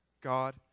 God